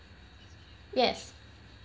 yes